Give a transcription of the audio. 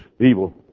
evil